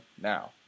now